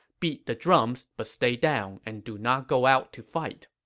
beat the drums but stay down and do not go out to fight.